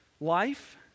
life